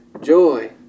Joy